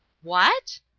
what?